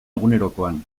egunerokoan